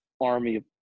army